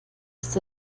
ist